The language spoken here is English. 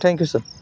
thank you sir